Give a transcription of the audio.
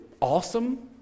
awesome